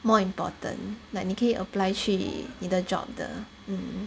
more important like 你可以 apply 去你的 job 的